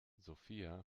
sophia